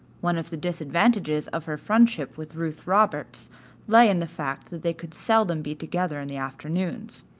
one of the disadvantages of her friendship with ruth roberts lay in the fact that they could seldom be together in the afternoons.